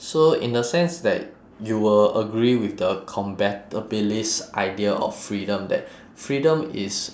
so in the sense that you will agree with the compatibilist idea of freedom that freedom is